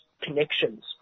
connections